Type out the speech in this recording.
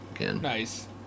Nice